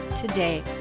today